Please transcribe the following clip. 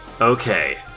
Okay